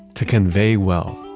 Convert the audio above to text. to convey wealth,